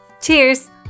Cheers